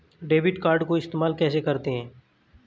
Debit card को इस्तेमाल कैसे करते हैं?